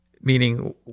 meaning